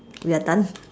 we are done